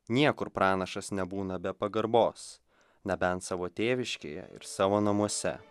niekur pranašas nebūna be pagarbos nebent savo tėviškėje ir savo namuose